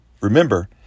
Remember